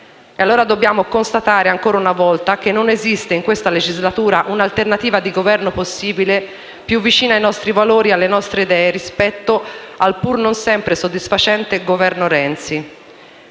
E allora dobbiamo constatare, ancora una volta, che non esiste in questa legislatura un'alternativa di Governo possibile, più vicina ai nostri valori e alle nostre idee rispetto al pur non sempre soddisfacente Governo Renzi.